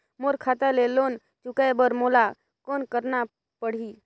मोर खाता ले लोन चुकाय बर मोला कौन करना पड़ही?